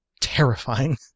terrifying